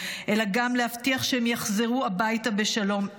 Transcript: אלא גם להבטיח שהם יחזרו הביתה בשלום,